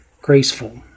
Graceful